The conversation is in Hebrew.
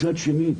מצד שני,